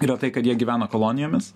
yra tai kad jie gyvena kolonijomis